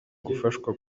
gufashwa